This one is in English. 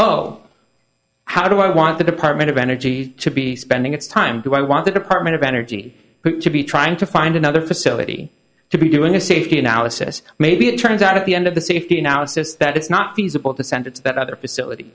oh how do i want the department of energy to be spending its time do i want the department of energy to be trying to find another facility to be doing a safety analysis maybe it turns out at the end of the safety analysis that it's not feasible to send it's that other facility